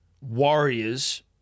Warriors